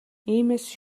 иймээс